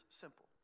simple